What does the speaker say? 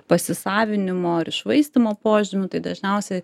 pasisavinimo ar iššvaistymo požymių tai dažniausiai